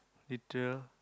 little